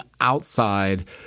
outside